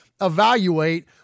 evaluate